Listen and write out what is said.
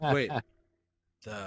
Wait